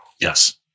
Yes